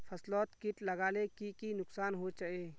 फसलोत किट लगाले की की नुकसान होचए?